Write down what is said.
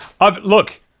look